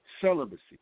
celibacy